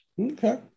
Okay